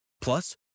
Plus